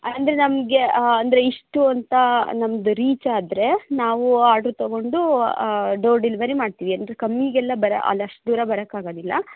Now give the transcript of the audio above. ಅಂದರೆ ನಮಗೆ ಅಂದರೆ ಇಷ್ಟೂಂತ ನಮ್ಮದು ರೀಚ್ ಆದರೆ ನಾವು ಆರ್ಡ್ರ್ ತೊಗೊಂಡು ಡೋರ್ ಡೆಲಿವರಿ ಮಾಡ್ತೀವಿ ಅಂದರೆ ಕಮ್ಮಿಗೆಲ್ಲ ಬರ ಅಲ್ಲಿ ಅಷ್ಟು ದೂರ ಬರಕ್ಕಾಗೋದಿಲ್ಲ